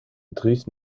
dries